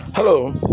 Hello